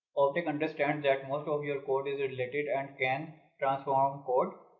optic understands that most of your code is related and can transform code